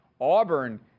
Auburn